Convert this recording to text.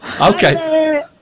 okay